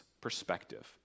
perspective